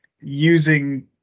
using